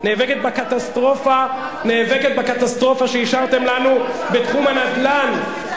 נאבקת בקטסטרופה שהשארתם לנו בתחום הנדל"ן,